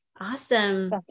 Awesome